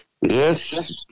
Yes